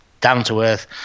down-to-earth